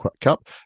Cup